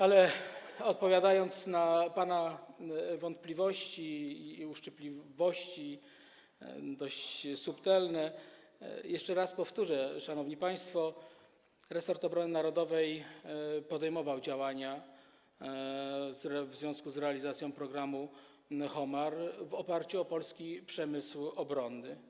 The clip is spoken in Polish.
Ale odpowiadając na pana wątpliwości i uszczypliwości, dość subtelne, jeszcze raz powtórzę: szanowni państwo, resort obrony narodowej podejmował działania w związku z realizacją programu Homar w oparciu o polski przemysł obronny.